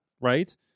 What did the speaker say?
Right